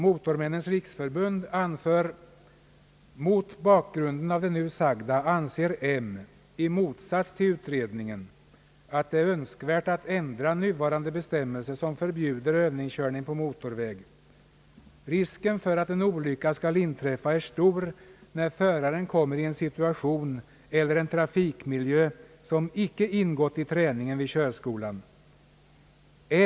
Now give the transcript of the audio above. Motormännens riksförbund anför — i motsats till utredningen — att det är önskvärt att ändra nuvarande bestämmelser, som förbjuder övningskörning på motorväg. Risken för att en olycka skall inträffa är stor, när föraren kommer i en situation eller trafikmiljö som icke ingått i träningen vid körskolan.